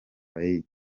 faye